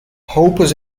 roupas